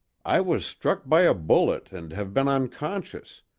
i was struck by a bullet and have been unconscious.